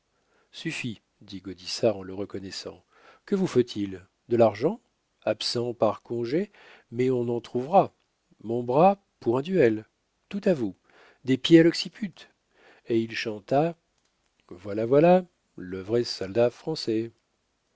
suffit dit gaudissart en le reconnaissant que vous faut-il de l'argent absent par congé mais on en trouvera mon bras pour un duel tout à vous des pieds à l'occiput et il chanta voilà voilà le vrai soldat français